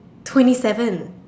twenty seven